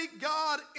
God